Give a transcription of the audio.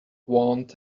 want